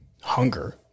hunger